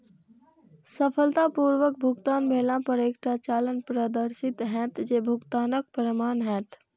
सफलतापूर्वक भुगतान भेला पर एकटा चालान प्रदर्शित हैत, जे भुगतानक प्रमाण हैत